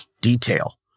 detail